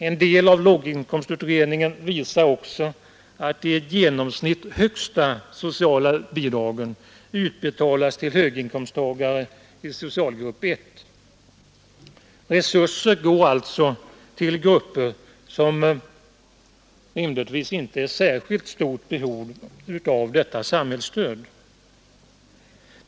En del av låginkomstutredningen visar också att de i genomsnitt högsta sociala bidragen utbetalas till höginkomsttagare i socialgrupp 1. Resurser går alltså till grupper, som rimligtvis inte är i särskilt stort behov av detta samhällsstöd.